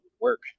work